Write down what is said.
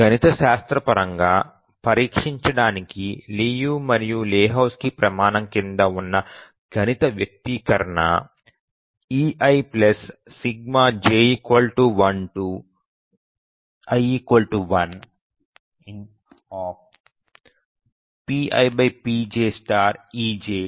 గణితశాస్త్రపరంగా పరీక్షించడానికి లియు మరియు లెహోజ్కీ ప్రమాణం క్రింద ఉన్న గణిత వ్యక్తీకరణ eij1i 1pipjej pi